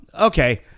Okay